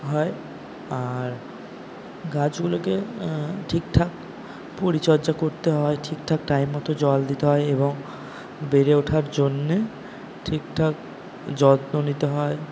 হয় আর গাছগুলোকে ঠিকঠাক পরিচর্যা করতে হয় ঠিকঠাক টাইম মতো জল দিতে হয় এবং বেড়ে ওঠার জন্যে ঠিকঠাক যত্ন নিতে হয়